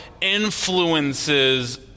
influences